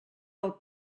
del